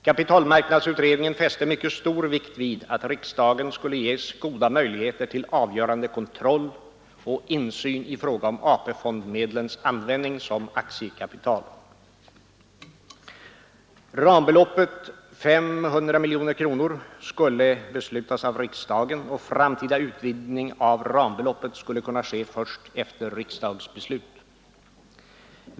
Kapitalmarknadsutredningen fäste mycket stor vikt vid att riksdagen skulle ges goda möjligheter till avgörande kontroll och insyn i fråga om AP-fondsmedlens användning som aktiekapital. Rambeloppet 500 miljoner kronor skulle beslutas av riksdagen, och framtida utvidgning av rambeloppet skulle kunna ske först efter riksdagens beslut.